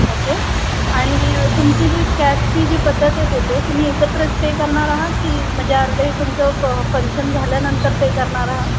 okay आणि तुमची जी कॅशची जी पद्धत आहे बोलले तुम्ही एकत्रच पे करणार आहा की म्हणजे अर्धे तुमचं फंक्शन झाल्यानंतर पे करणार आहा